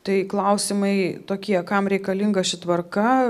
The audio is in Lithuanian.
tai klausimai tokie kam reikalinga ši tvarka